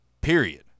Period